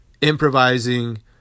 improvising